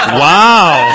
Wow